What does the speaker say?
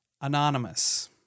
Anonymous